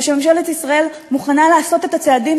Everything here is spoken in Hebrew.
או שממשלת ישראל מוכנה לעשות את הצעדים